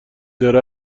داره